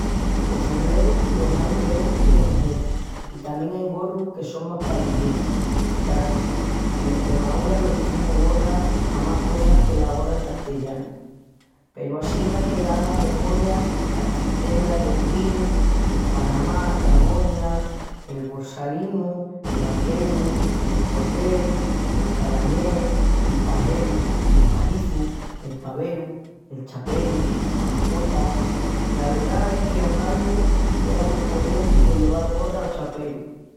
Pos sombrerus los ain d'ombri i de mugel i tamién ain gorrus que son más pal iviernu. Craru que en estremeñu l'izimus gorra a más cosas que la gorra en castillanu. Peru assina que haga memoria la chistera, el bombín, el panamá, la boina, el borsalinu, el vaqueru, el cloqué, el calañés, el pajeru, el pajizu, el paveru, el chaperu, la mascota. La verdá es qu'ogañu eran mu corrienti de lleval gorra o chaperu...